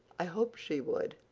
i hoped she would,